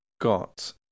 got